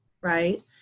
right